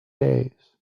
days